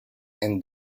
and